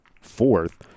fourth